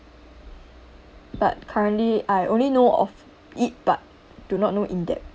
but currently I only know of it but do not know in-depth